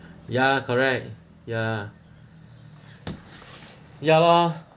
ya correct ya ya lor